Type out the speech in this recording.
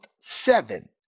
seven